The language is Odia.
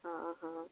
ହଁ ହଁ